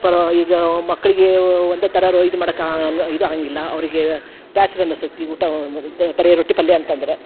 ಪ ಈಗ ಮಕ್ಕಳಿಗೆ ಒಂದೇ ಥರ ರೋ ಇದು ಮಾಡಕ್ಕೆ ಇದು ಆಗಂಗಿಲ್ಲ ಅವರಿಗೆ ಬೇಸ್ರ ಅನ್ನಿಸ್ತೈತಿ ಊಟ ಬರೇ ರೊಟ್ಟಿ ಪಲ್ಯೆ ಅಂತಂದರೆ